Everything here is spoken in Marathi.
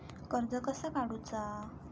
कर्ज कसा काडूचा?